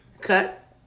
cut